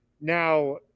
Now